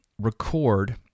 record